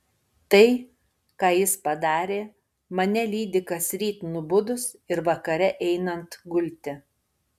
tai ką jis padarė mane lydi kasryt nubudus ir vakare einant gulti